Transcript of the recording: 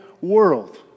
world